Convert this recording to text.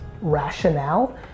rationale